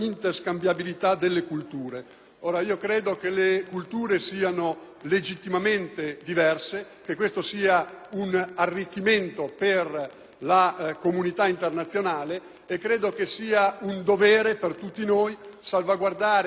Credo che le culture siano legittimamente diverse, che questo sia un arricchimento per la comunità internazionale, ma penso che sia un dovere per tutti noi salvaguardare quel patrimonio